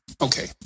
Okay